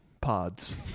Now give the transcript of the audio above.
Pods